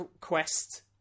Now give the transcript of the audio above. quest